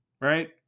right